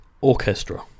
Orchestra